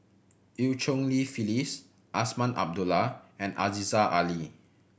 Eu Cheng Li Phyllis Azman Abdullah and Aziza Ali